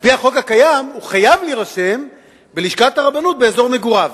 על-פי החוק הקיים הוא חייב להירשם בלשכת הרבנות באזור מגוריו.